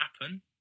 happen